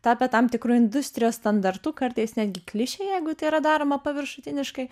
tapę tam tikru industrijos standartu kartais netgi klišė jeigu tai yra daroma paviršutiniškai